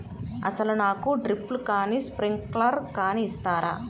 అసలు నాకు డ్రిప్లు కానీ స్ప్రింక్లర్ కానీ ఇస్తారా?